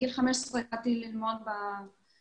בגיל 15 התחלתי ללמוד בטכניון.